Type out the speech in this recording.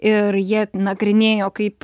ir jie nagrinėjo kaip